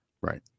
right